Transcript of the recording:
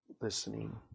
Listening